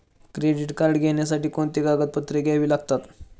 Credit card घेण्यासाठी कोणती कागदपत्रे घ्यावी लागतात?